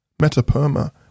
Metaperma